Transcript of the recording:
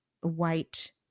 white